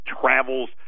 travels